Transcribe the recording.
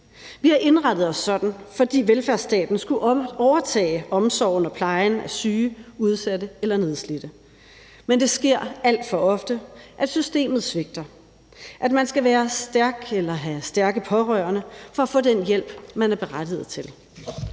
Vi har indrettet os sådan, fordi velfærdsstatens skulle overtage omsorgen og plejen af syge, udsatte eller nedslidte. Men det sker alt for ofte, at systemet svigter, at man skal være stærk eller have stærke pårørende for at få den hjælp, man er berettiget til.